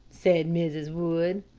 said mrs. wood.